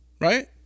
right